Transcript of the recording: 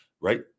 right